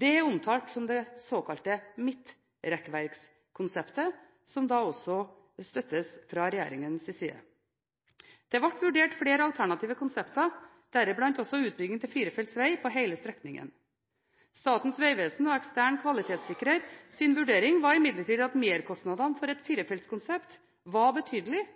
Dette er omtalt som det såkalte midtrekkverkskonseptet, som da også støttes fra regjeringens side. Det ble vurdert flere alternative konsepter, deriblant også utbygging til firefelts veg på hele strekningen. Statens vegvesen og ekstern kvalitetssikrers vurdering var imidlertid at merkostnadene for et firefelts konsept var